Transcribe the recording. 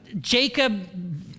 Jacob